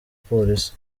polisi